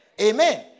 Amen